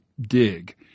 dig